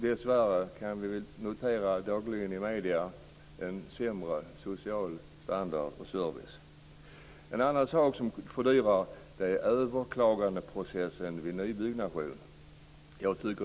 Dessvärre kan vi i medierna dagligen notera att också den sociala standarden och servicen har blivit sämre. En annan sak som fördyrar är överklagandeprocessen vid nybyggnation.